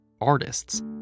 artists